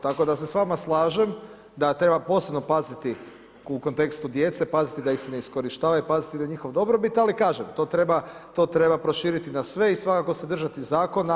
Tako da se s vama slažem da treba posebno paziti u kontekstu djece, paziti da ih se ne iskorištava i paziti na njihov dobrobit, ali kažem, to treba proširit na sve i svakako se držati zakona.